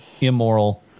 immoral